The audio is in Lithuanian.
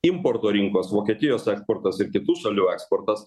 importo rinkos vokietijos eksportas ir kitų šalių eksportas